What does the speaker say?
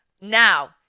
Now